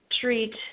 treat